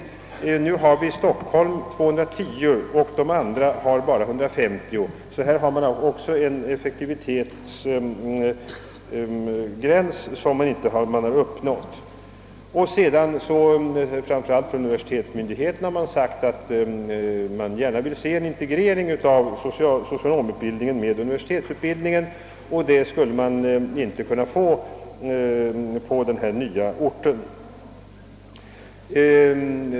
För närvarande har vi i Stockholm 210, de övriga socialhögskolorna bara 150. Här finns alltså en effektivitetsgräns som inte har uppnåtts. Framför allt från universitetsmyndigheterna har det sagts att man gärna ser en integrering av socionomutbildningen och universitetsutbildningen, och en sådan skulle man inte kunna åstadkomma på den nya orten.